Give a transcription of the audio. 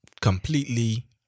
completely